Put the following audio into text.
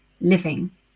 living